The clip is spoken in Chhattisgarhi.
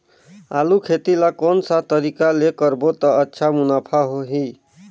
आलू खेती ला कोन सा तरीका ले करबो त अच्छा मुनाफा होही?